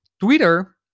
Twitter